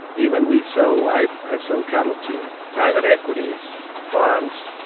even we sell like i sell cattle to private equities funds,